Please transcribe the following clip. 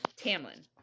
Tamlin